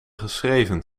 geschreven